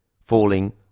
falling